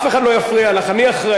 אף אחד לא יפריע לך, אני אחראי.